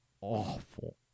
awful